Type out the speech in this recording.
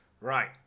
Right